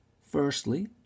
Firstly